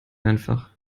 einfach